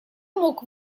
мог